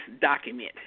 document